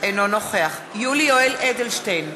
אינו נוכח יולי יואל אדלשטיין,